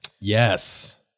Yes